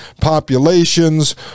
populations